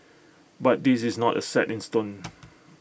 but this is not A set in stone